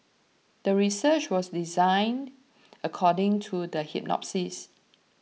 the research was designed according to the